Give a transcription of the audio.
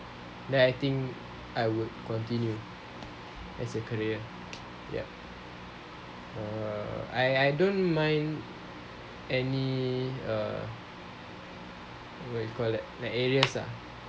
then I think I would continue as a career yup uh I I don't mind any uh what you call that like areas ah